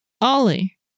Ollie